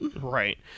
Right